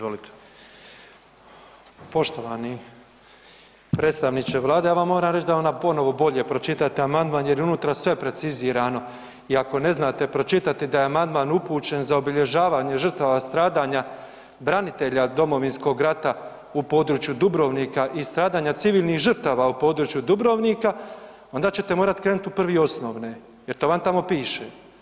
Poštovani predstavniče Vlade ja vam moram reći da ponovno bolje pročitate amandman jer je unutra sve precizirano i ako ne znate pročitati da je amandman upućen za obilježavanje žrtava stradanja branitelja Domovinskog rata u području Dubrovnika i stradanja civilnih žrtava u području Dubrovnika onda ćete morati krenuti u prvi osnovne jer to vam tamo piše.